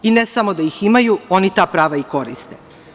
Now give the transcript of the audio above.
I ne samo da ih imaju, oni ta prava i koriste.